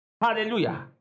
Hallelujah